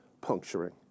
puncturing